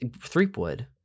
Threepwood